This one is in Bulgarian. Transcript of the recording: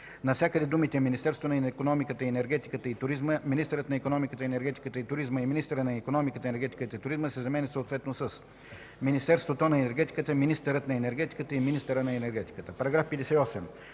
навсякъде думите „Министерството на икономиката, енергетиката и туризма”, „министърът на икономиката, енергетиката и туризма” и „министъра на икономиката, енергетиката и туризма” се заменят съответно с „Министерството на енергетиката”, „министърът на енергетиката” и „министъра на енергетиката”. § 58.